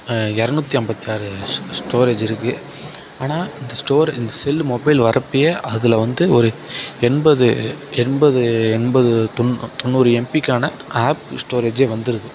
இரநூத்தி ஐம்பத்தி ஆறு ஸ்டோரேஜ் இருக்கு ஆனால் இந்த ஸ்டார் அந்த செல்லு மொபைல் வரப்பையே அதில் வந்து ஒரு என்பது என்பது என்பது தொண் தொண்ணூறு எம்பிக்கான ஆப் ஸ்டோரேஜில் வந்துருது